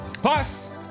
Plus